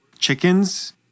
chickens